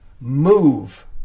move